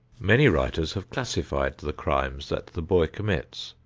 many writers have classified the crimes that the boy commits.